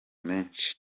menshi